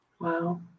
Wow